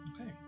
Okay